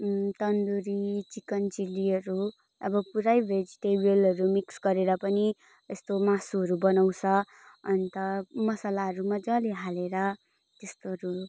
tandoori chicken चिल्लीहरू अब पुरै भेजिटेबलहरू मिक्स गरेर पनि यस्तो मासुहरू बनाउँछ अन्त मसलाहरू मजाले हालेर त्यस्तोहरू